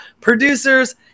producers